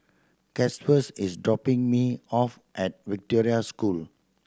Gustavus is dropping me off at Victoria School